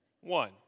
One